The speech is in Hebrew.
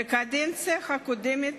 בקדנציה הקודמת